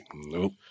nope